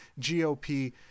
GOP